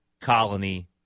colony